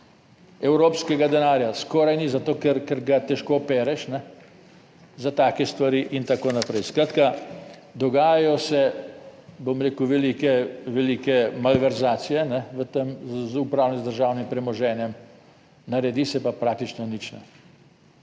evropskega denarja skoraj ni, zato ker ga težko pereš za take stvari in tako naprej. Skratka, dogajajo se, bom rekel, velike, velike malverzacije v tem upravljanju z državnim premoženjem, naredi se pa praktično nič.